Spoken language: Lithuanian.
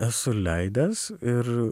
esu leidęs ir